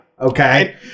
Okay